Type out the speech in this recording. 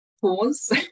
pause